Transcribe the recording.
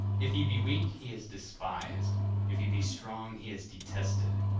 if he be weak, he is despised if he be strong, he is detested.